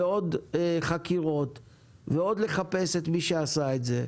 עוד חקירות ולחפש עוד את מי שעשה את זה.